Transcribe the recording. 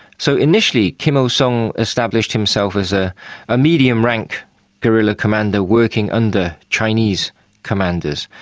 so initially kim il-sung established himself as a ah medium-rank guerrilla commander, working under chinese commanders.